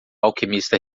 alquimista